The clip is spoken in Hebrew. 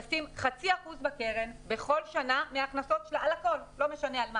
תשים חצי אחוז בקרן בכל שנה מההכנסות שלה על הכול ולא משנה על מה.